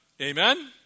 Amen